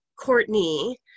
Courtney